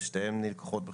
ושתיהן נלקחות בחשבון.